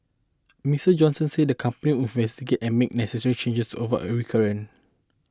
Mister Johnson said the company would investigate and make necessary changes to avoid a recurrence